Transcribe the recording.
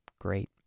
Great